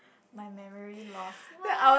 my memory loss what